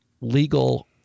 legal